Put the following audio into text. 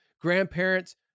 grandparents